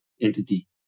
entity